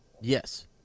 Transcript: Yes